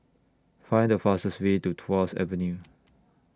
Find The fastest Way to Tuas Avenue